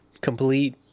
Complete